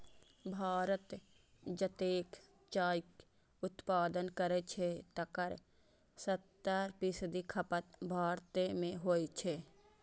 भारत जतेक चायक उत्पादन करै छै, तकर सत्तर फीसदी खपत भारते मे होइ छै